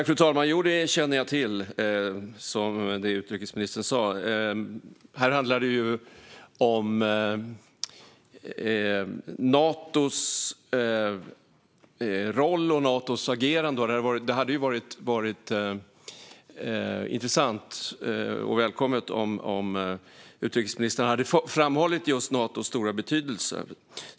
Fru talman! Jo, det känner jag till. Det handlar om Natos roll och Natos agerande, och det hade varit intressant och välkommet om utrikesministern hade framhållit just Natos stora betydelse.